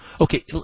Okay